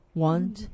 want